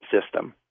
system